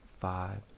five